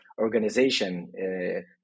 organization